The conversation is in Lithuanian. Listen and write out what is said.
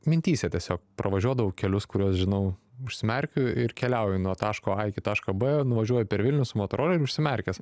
mintyse tiesiog pravažiuodavau kelius kuriuos žinau užsimerkiu ir keliauju nuo taško a iki taško b nuvažiuoju per vilnių su motoroleriu užsimerkęs